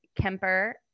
Kemper